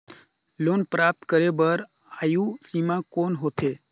Loan प्राप्त करे बर आयु सीमा कौन होथे?